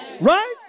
right